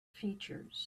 features